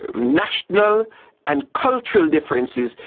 ah national and cultural differences,